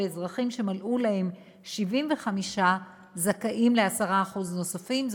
ואזרחים שמלאו להם 75 זכאים ל-10% נוספים,